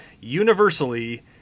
Universally